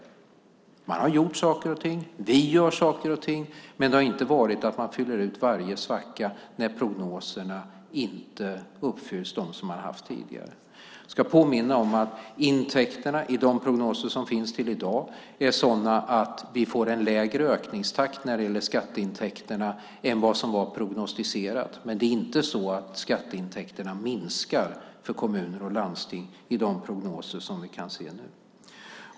Man har gjort saker och ting, precis som vi gör saker och ting, men det har inte varit att fylla ut varje svacka när prognoserna inte uppfylls. Jag ska påminna om att intäkterna i de prognoser som finns till i dag är sådana att vi får en lägre ökningstakt när det gäller skatteintäkterna än vad som var prognostiserat, men skatteintäkterna minskar inte för kommuner och landsting i de prognoser som vi kan se nu.